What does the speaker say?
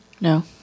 No